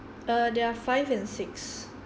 uh they are five and six